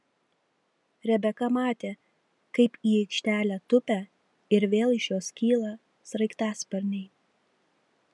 rebeka matė kaip į aikštelę tupia ir vėl iš jos kyla sraigtasparniai